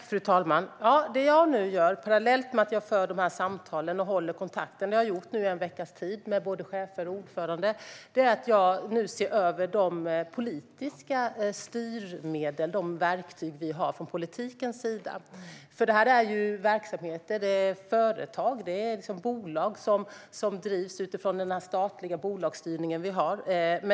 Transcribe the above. Fru talman! Det jag gör parallellt med att jag för dessa samtal och håller kontakten med chefer och ordförande, vilket jag gjort i en veckas tid, är att se över de politiska styrmedlen och verktygen. Det här är ju bolag som drivs utifrån den statliga bolagsstyrningen.